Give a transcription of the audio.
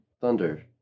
Thunder